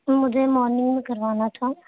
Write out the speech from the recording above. مجھے مارننگ میں کروانا تھا